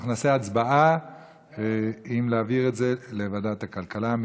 אנחנו נעשה הצבעה אם להעביר את זה לוועדת הכלכלה.